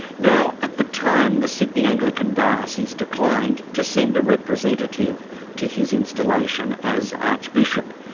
now at the time, the sydney anglican diocese declined to send a representative to his installation as archbishop.